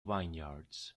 vineyards